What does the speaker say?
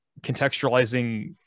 contextualizing